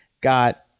got